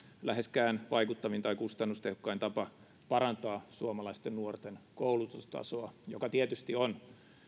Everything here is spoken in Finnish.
läheskään vaikuttavin tai kustannustehokkain tapa parantaa suomalaisten nuorten koulutustasoa mikä tietysti on